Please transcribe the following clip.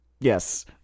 Yes